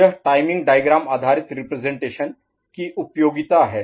यह timing diagram आधारित representation की उपयोगिता है